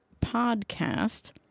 podcast